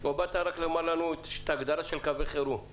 או באת רק לומר לנו את ההגדרה של קווי חירום?